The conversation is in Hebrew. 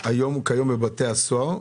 היום בבתי הסוהר,